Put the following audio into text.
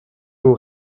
aux